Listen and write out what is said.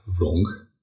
wrong